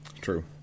True